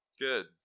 Good